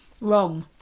Wrong